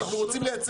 אנחנו רוצים לייצא.